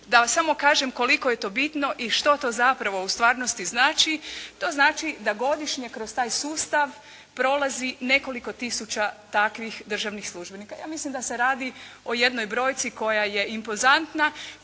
Da samo kažem koliko je to bitno i što to zapravo u stvarnosti znači. To znači da godišnje kroz taj sustav prolazi nekoliko tisuća takvih državnih službenika. Ja mislim da se radi o jednoj brojci koja je impozantna,